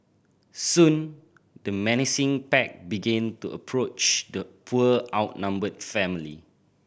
soon the menacing pack began to approach the poor outnumbered family